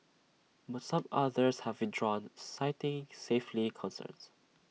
but some others have withdrawn citing safely concerns